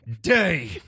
day